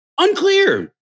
Unclear